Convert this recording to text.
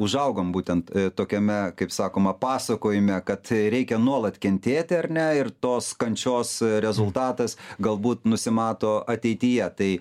užaugom būtent tokiame kaip sakoma pasakojime kad reikia nuolat kentėti ar ne ir tos kančios rezultatas galbūt nusimato ateityje tai